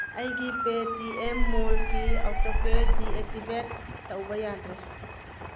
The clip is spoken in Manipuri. ꯑꯩꯒꯤ ꯄꯦ ꯇꯤ ꯑꯦꯝ ꯃꯣꯜꯒꯤ ꯑꯧꯇꯣꯄꯦ ꯗꯤꯑꯦꯛꯇꯤꯚꯦꯠ ꯇꯧꯕ ꯌꯥꯗ꯭ꯔꯦ